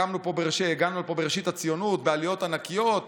הגענו לפה בראשית הציונות בעליות ענקיות,